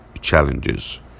challenges